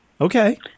Okay